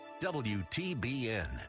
WTBN